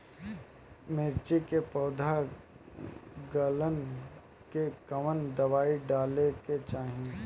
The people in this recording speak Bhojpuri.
मिर्च मे पौध गलन के कवन दवाई डाले के चाही?